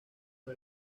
por